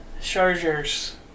Chargers